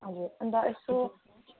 हजुर अन्त यसो